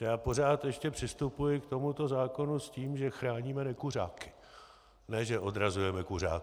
Já pořád ještě přistupuji k tomuto zákonu s tím, že chráníme nekuřáky, ne že odrazujeme kuřáky.